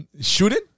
Shooting